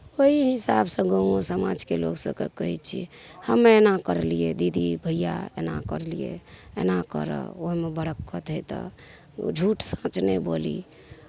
ओही हिसाबसे गामो समाजके लोकसभकेँ कहै छिए हमे एना करलिए दीदी भइआ एना करलिए एना करऽ ओहिमे बरक्कत हेतऽ ओ झूठ साँच नहि बोली